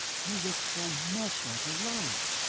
you look so much like a lhari!